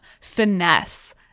finesse